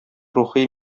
рухи